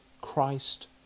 Christ